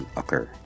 occur